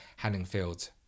Hanningfield